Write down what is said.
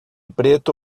preto